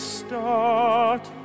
start